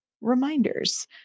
reminders